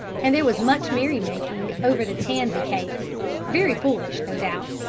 and there was much merry-making over the tansy cakes very foolish, no doubt,